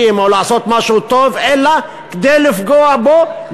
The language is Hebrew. או לעשות משהו טוב אלא כדי לפגוע בו,